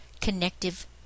connective